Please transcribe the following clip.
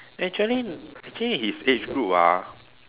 actually actually his age group ah